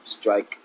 strike